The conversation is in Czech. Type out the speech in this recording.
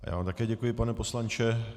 Já vám také děkuji, pane poslanče.